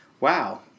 wow